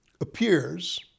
appears